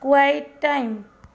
quite time